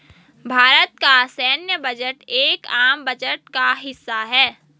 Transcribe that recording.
भारत का सैन्य बजट एक आम बजट का हिस्सा है